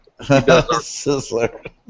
Sizzler